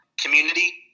community